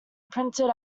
printed